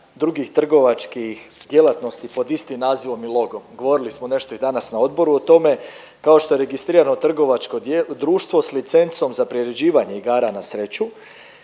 drugih trgovačkih djelatnosti pod istim nazivom i logom. Govorili smo nešto i danas na odboru o tome. Kao što je registrirano trgovačko društvo s licencom za priređivanje igara na sreću.